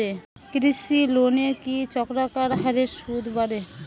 কৃষি লোনের কি চক্রাকার হারে সুদ বাড়ে?